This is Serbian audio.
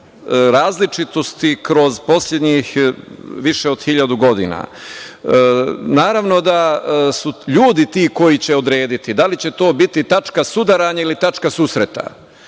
različitosti kroz poslednjih više od hiljadu godina. Naravno da su ljudi ti koji će odrediti da li će to biti tačka sudaranja ili tačka susreta.